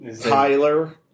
Tyler